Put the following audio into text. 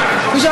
שאני תומך,